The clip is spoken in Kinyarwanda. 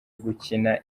gukina